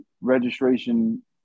registration